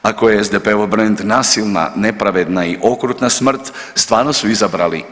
Ako je SDP-ov brend nasilna, nepravedna i okrutna smrt stvarno su izabrali